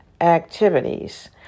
activities